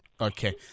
Okay